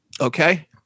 Okay